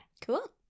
Cool